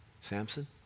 Samson